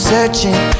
Searching